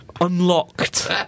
Unlocked